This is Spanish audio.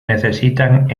necesitan